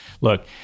Look